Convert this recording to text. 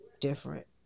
different